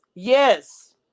Yes